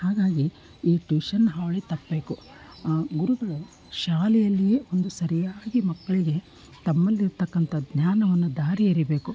ಹಾಗಾಗಿ ಈ ಟ್ಯೂಷನ್ ಹಾವಳಿ ತಪ್ಪಬೇಕು ಗುರುಗಳು ಶಾಲೆಯಲ್ಲಿಯೇ ಒಂದು ಸರಿಯಾಗಿ ಮಕ್ಕಳಿಗೆ ತಮ್ಮಲ್ಲಿರ್ತಕ್ಕಂಥ ಜ್ಞಾನವನ್ನು ಧಾರೆ ಎರೀಬೇಕು